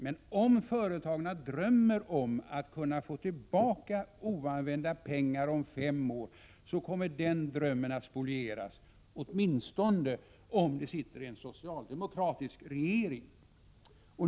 Men om företagen går och drömmer om att kunna få tillbaka oanvända pengar om fem år så kommer den drömmen att spolieras — åtminstone om det sitter en socialdemokratisk regering.